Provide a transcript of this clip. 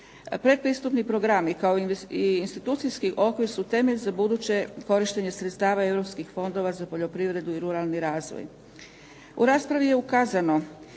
Predpristupni programi kao i institucijski okvir su temelj za buduće korištenje sredstava europskih fondova za poljoprivredu i ruralni razvoj. U raspravi je ukazano